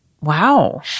Wow